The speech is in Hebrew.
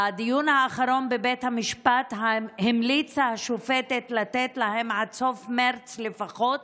בדיון האחרון בבית המשפט המליצה השופטת לתת להן עד סוף מרץ לפחות,